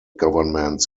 governments